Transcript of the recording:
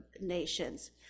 nations